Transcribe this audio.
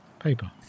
Paper